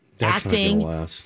acting